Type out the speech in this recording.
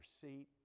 seat